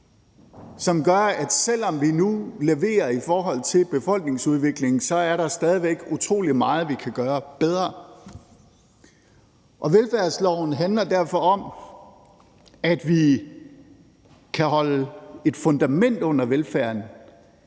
som gør, at selv om vi nu leverer i forhold til befolkningsudviklingen, er der stadig væk utrolig meget, vi kan gøre bedre. Velfærdsloven handler derfor om, at vi kan holde et fundament under velfærden.